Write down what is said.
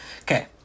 Okay